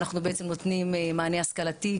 אנחנו בעצם נותנים מענה השכלתי,